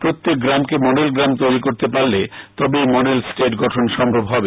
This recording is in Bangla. প্রত্যেক গ্রামকে মডেল গ্রাম তৈরী করতে পারলে তবেই মডেল স্টেট গঠন সম্ভব হবে